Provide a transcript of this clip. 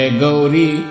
gauri